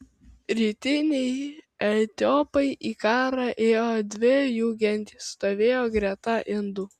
rytiniai etiopai į karą ėjo dvi jų gentys stovėjo greta indų